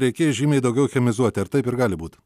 reikės žymiai daugiau chemizuoti ar taip ir gali būt